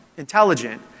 Intelligent